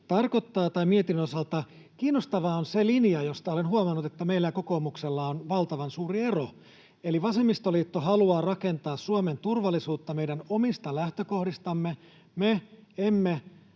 sopimuksen tai mietinnön osalta tarkoittaa. Kiinnostavaa on se linja, jossa olen huomannut, että meillä ja kokoomuksella on valtavan suuri ero: Vasemmistoliitto haluaa rakentaa Suomen turvallisuutta meidän omista lähtökohdistamme. Me emme